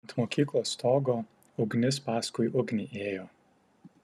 ant mokyklos stogo ugnis paskui ugnį ėjo